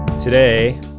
Today